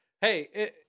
hey